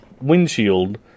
windshield